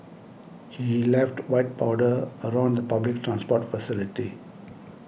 he left white powder around the public transport facility